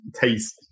Taste